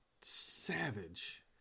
savage